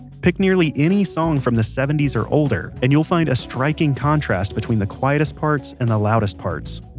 pick nearly any song from the seventy s or older, and you'll find a striking contrast between the quietest parts, and the loudest parts.